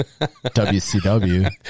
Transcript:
WCW